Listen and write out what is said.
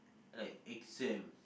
like exam